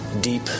deep